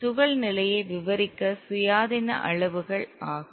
துகள் நிலையை விவரிக்க சுயாதீன அளவுகள் ஆகும்